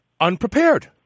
unprepared